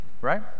Right